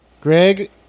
Greg